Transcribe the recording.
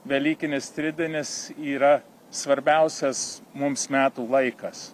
velykinis tridienis yra svarbiausias mums metų laikas